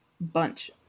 bunch